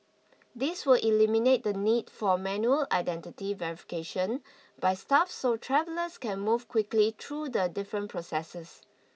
this will eliminate the need for manual identity verification by staff so travellers can move quickly through the different processes